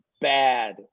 bad